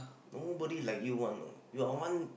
nobody like you one know you are one